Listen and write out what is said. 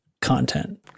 content